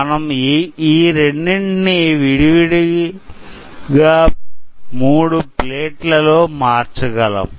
మనం ఈ రెండింటిని విడివిడిగా మూడు ప్లేన్స్ లో మార్చగలం